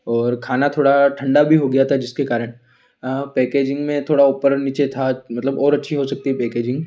और खाना थोड़ा ठंडा भी हो गया था जिसके कारण पैकेजिंग में थोड़ा ऊपर नीचे था मतलब और अच्छी हो सकती पैकेजिंग